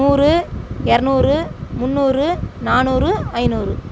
நூறு இரநூறு முன்னூறு நானூறு ஐநூறு